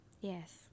Yes